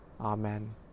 Amen